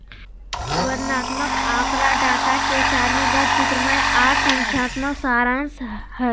वर्णनात्मक आँकड़ा डाटा के सारणीबद्ध, चित्रमय आर संख्यात्मक सारांश हय